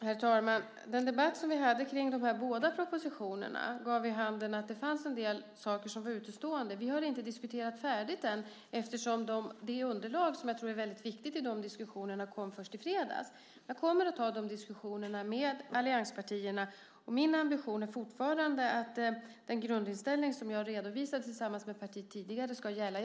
Herr talman! Den debatt som vi hade kring de här båda propositionerna gav vid handen att det fanns en del saker som var utestående. Vi har inte diskuterat färdigt än, eftersom det underlag som jag tror är väldigt viktigt i de diskussionerna kom först i fredags. Jag kommer att ta de diskussionerna med allianspartierna. Min ambition är fortfarande att den grundinställning som jag har redovisat tillsammans med partiet tidigare ska gälla.